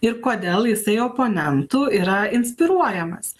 ir kodėl jisai oponentų yra inspiruojamas